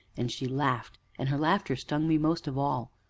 and she laughed, and her laughter stung me most of all.